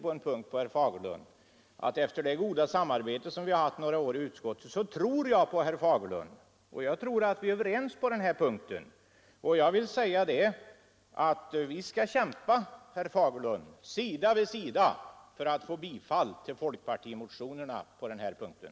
Men jag vill säga att efter det goda samarbete som vi har haft några år i utskottet tror jag på herr Fagerlund. Jag konstaterar att vi är överens i det här fallet, och jag vill säga att vi skall kämpa, herr Fagerlund, sida vid sida för att tå bifall till folkpartimotionerna på den här punkten.